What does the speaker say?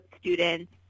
students